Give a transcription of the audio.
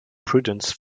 prudence